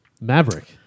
Maverick